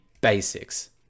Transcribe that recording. basics